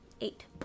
Eight